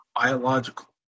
biological